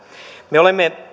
me olemme